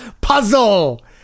puzzle